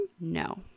No